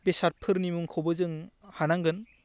बेसादफोरनि मुंखौबो जों हानांगोन